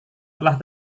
telah